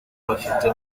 bafite